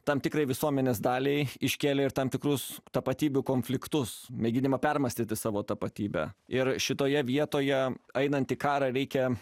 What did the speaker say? tam tikrai visuomenės daliai iškėlė ir tam tikrus tapatybių konfliktus mėginimą permąstyti savo tapatybę ir šitoje vietoje einant į karą reikia